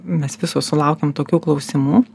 mes visos sulaukiam tokių klausimų